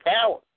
power